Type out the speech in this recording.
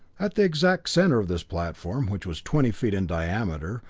at the exact center of this platform, which was twenty feet in diameter,